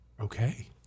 Okay